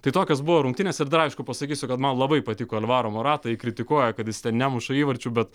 tai tokios buvo rungtynės ir aišku pasakysiu kad man labai patiko alvaro morata jį kritikuoja kad jis ten nemuša įvarčių bet